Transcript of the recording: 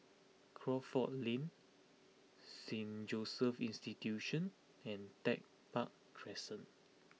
Crawford Lane Saint Joseph's Institution and Tech Park Crescent